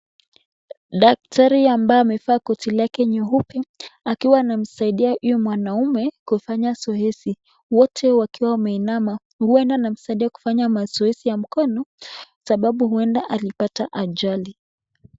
Daktari ambaye amevaa koti lake nyeupe, akiwa anamsaidia huyu mwanaume kufanya zoezi, wote wakiwa wameinama. Huenda anamsaidia kufanya mazoezi ya mkono, sababu huenda alipata ajali.